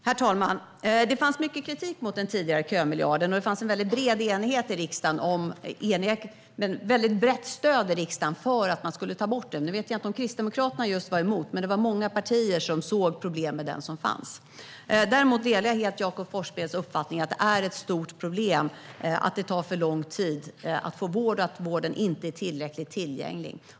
Herr talman! Det fanns mycket kritik mot den tidigare kömiljarden, och det fanns ett mycket brett stöd i riksdagen för att man skulle ta bort den. Jag vet inte om just Kristdemokraterna var emot det. Men det var många partier som såg problem med denna kömiljard. Däremot delar jag helt Jakob Forssmeds uppfattning att det är ett stort problem att det tar för lång tid att få vård och att vården inte är tillräckligt tillgänglig.